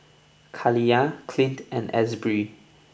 Kaliyah Clint and Asbury